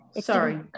sorry